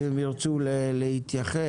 אולי ירצו להתייחס.